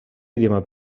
idioma